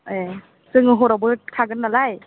ए जोङो हरावबो थागोन नालाय